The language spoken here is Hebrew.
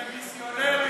זה לא הדתה, זה מיסיונריות.